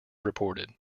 reported